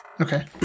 Okay